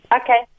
okay